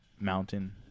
mountain